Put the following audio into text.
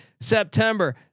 September